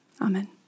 Amen